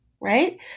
right